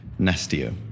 nestio